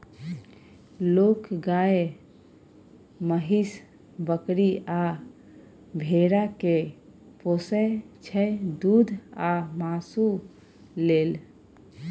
लोक गाए, महीष, बकरी आ भेड़ा केँ पोसय छै दुध आ मासु लेल